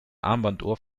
armbanduhr